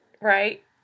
Right